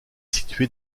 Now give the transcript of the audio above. située